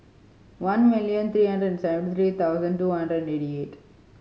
one million three hundred and seventy three thousand two hundred and eighty eight